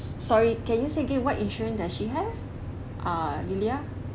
sorry can you say again what insurance that she have ah lilia